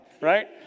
right